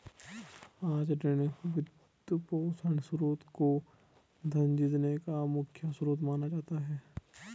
आज ऋण, वित्तपोषण स्रोत को धन जीतने का मुख्य स्रोत माना जाता है